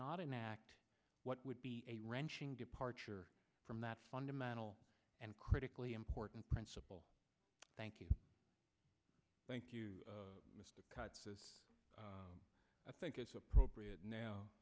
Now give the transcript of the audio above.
not enact what would be a wrenching departure from that fundamental and critically important principle thank you thank you mr cutts is i think it's appropriate now